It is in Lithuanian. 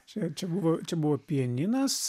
čia čia buvo čia buvo pianinas